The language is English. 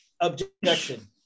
Objection